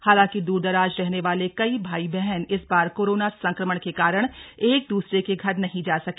हालांकि दूरदराज रहने वाले कई भाई बहन इस बार कोरोना संक्रमण के कारण एकद्सरे के घर नहीं जा सके